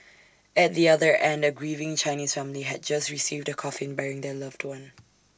at the other end A grieving Chinese family had just received A coffin bearing their loved one